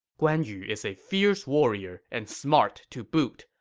guan yu is a fierce warrior, and smart to boot,